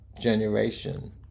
generation